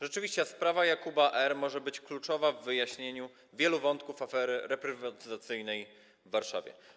Rzeczywiście sprawa Jakuba R. może być kluczowa w wyjaśnieniu wielu wątków afery reprywatyzacyjnej w Warszawie.